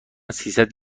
سیصد